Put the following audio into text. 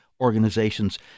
organizations